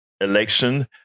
election